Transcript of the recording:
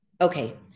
Okay